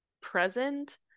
present